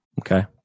Okay